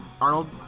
Arnold